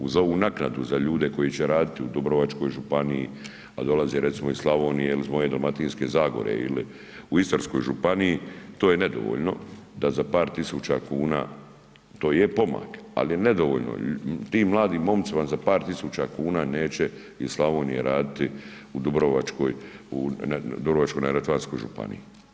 Uz ovu naknadu za ljude koji će raditi u Dubrovačkoj županiji, a dolaze recimo, iz Slavonije ili iz moje Dalmatinske zagore ili u Istarskoj županiji, to je nedovoljno, da za par tisuća kuna, to je pomak, ali je nedovoljno, tim mladim momcima za par tisuća kuna neće iz Slavonije raditi u Dubrovačko-neretvanskoj županiji.